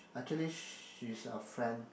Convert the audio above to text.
actually she's a friend